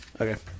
Okay